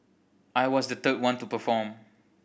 I was the third one to perform